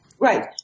Right